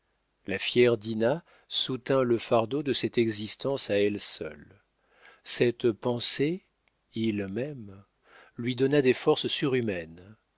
la fière dinah soutint le fardeau de cette existence à elle seule cette pensée il m'aime lui donna des forces surhumaines